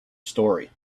story